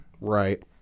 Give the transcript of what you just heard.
Right